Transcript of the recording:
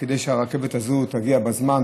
כדי שהרכבת הזאת תגיע בזמן,